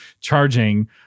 charging